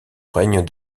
règne